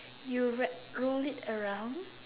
you wrap roll it around